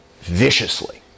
viciously